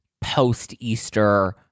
post-Easter